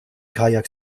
kajak